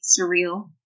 surreal